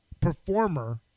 performer